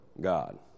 God